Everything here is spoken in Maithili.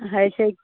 होइ छै